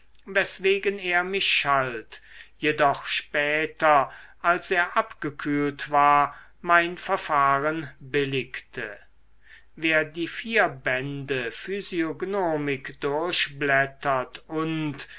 weswegen er mich schalt jedoch später als er abgekühlt war mein verfahren billigte wer die vier bände physiognomik durchblättert und